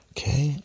Okay